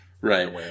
Right